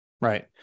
right